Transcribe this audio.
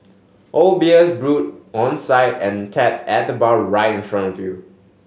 all beers brewed on site and tapped at the bar right in front of you